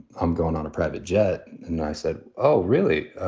i'm going on a private jet. and i said, oh, really? ah